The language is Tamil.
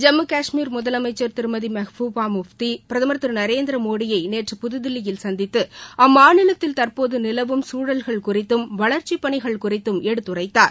ஜம்மு காஷ்மீர் முதலமைச்சர் திருமதி மெஹ்பூபா முஃப்தி பிரதமர் திரு நரேந்திர மோடியை நேற்று புதுதில்லியில் சந்தித்து அம்மாநிலத்தில் தற்போது நிலவும் சூழல்கள் குறித்தும் வளர்ச்சிப் பணிகள் குறித்தும் எடுத்துரைத்தார்